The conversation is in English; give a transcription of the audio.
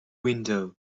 window